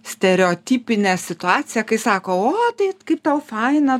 stereotipinė situacija kai sako o tai kaip tau faina